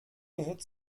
gehört